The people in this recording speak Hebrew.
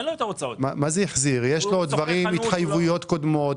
יש לו עוד התחייבויות קודמות,